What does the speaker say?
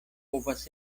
povas